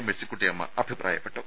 മേഴ്സിക്കുട്ടിയമ്മ അഭിപ്രായപ്പെട്ടു